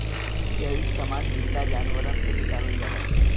जैविक समान जिन्दा जानवरन से निकालल जाला